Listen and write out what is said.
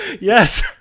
Yes